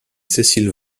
cécile